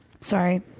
sorry